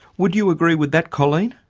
would you agree with that, colleen?